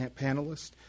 panelists